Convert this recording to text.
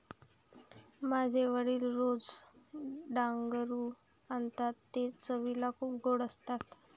माझे वडील रोज डांगरू आणतात ते चवीला खूप गोड असतात